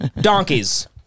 Donkeys